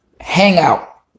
hangout